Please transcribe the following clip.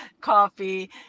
coffee